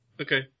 Okay